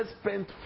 spent